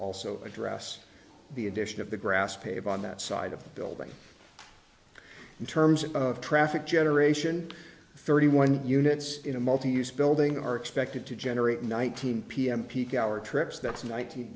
also address the addition of the grass paved on that side of the building in terms of traffic generation thirty one units in a multi use building are expected to generate nineteen pm peak hour trips that's ni